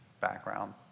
background